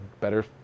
better